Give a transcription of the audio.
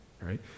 right